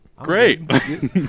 great